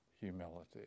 humility